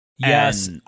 Yes